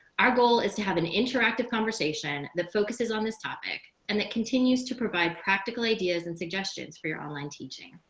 our goal is to have an interactive conversation that focuses on this topic and that continues to provide practical ideas and suggestions for your online teaching.